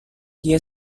dia